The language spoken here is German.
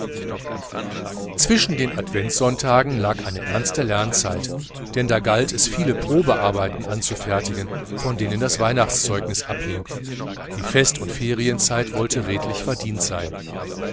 zwischen den adventssonntagen lag ernste lernzeit denn da galt es viele probearbeiten anzufertigen von denen das weihnachtszeugnis abhing die fest und ferienzeit wollte verdient sein